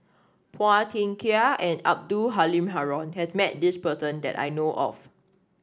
Phua Thin Kiay and Abdul Halim Haron has met this person that I know of